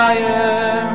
Fire